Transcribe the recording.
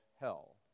hell